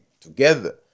together